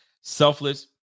Selfless